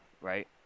right